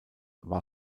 war